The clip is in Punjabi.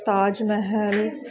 ਤਾਜ ਮਹਿਲ